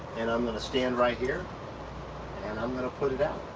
and i'm gonna stand right here and i'm gonna put it out.